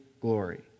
glory